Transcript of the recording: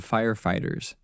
Firefighters